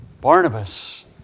Barnabas